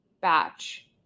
batch